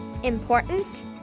Important